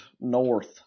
north